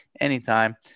anytime